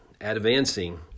advancing